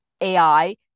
AI